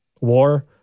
war